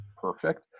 perfect